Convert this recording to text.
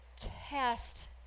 cast